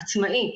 עצמאי,